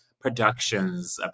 productions